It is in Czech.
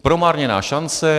Promarněná šance.